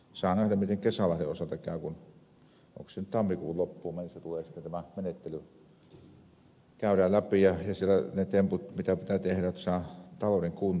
saa nähdä miten kesälahden osalta käy kun onko se nyt tammikuun loppuun mennessä tulee sitten tämä menettely käydään läpi siellä ne temput mitä pitää tehdä jotta saa talouden kuntoon